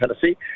Tennessee